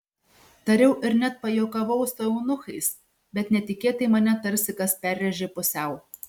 tariau ir net pajuokavau su eunuchais bet netikėtai mane tarsi kas perrėžė pusiau